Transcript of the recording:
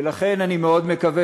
ולכן אני מאוד מקווה